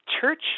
church